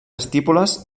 estípules